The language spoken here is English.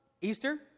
Easter